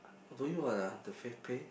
doing what ah the FavePay